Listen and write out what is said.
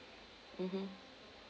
mmhmm